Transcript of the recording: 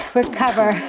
recover